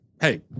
Hey